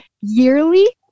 yearly